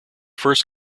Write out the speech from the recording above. first